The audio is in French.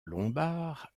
lombard